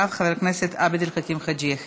אחריו, חבר הכנסת עבד אל חכים חאג' יחיא.